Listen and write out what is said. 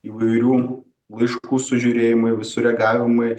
įvairių laiškų sužiūrimai sureagavimai